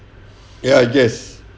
ya yes